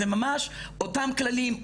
זה ממש אותם כללים,